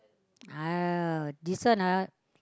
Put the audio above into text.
ah this one ah